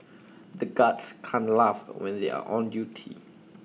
the guards can't laugh when they are on duty